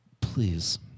Please